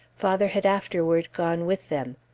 father had afterward gone with them.